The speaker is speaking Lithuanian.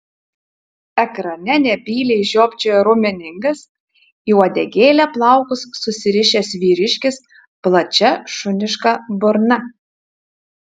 ekrane nebyliai žiopčiojo raumeningas į uodegėlę plaukus susirišęs vyriškis plačia šuniška burna